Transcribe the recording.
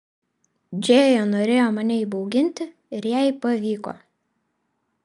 džėja norėjo mane įbauginti ir jai pavyko